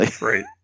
Right